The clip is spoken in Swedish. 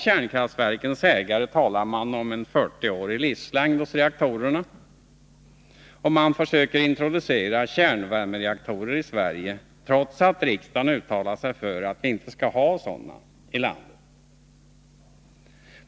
Kärnkraftverkens ägare talar om en 40-årig livslängd hos reaktorerna, och man försöker introducera kärnvärmereaktorer i Sverige trots att riksdagen uttalat sig för att vi inte skall ha sådana i landet.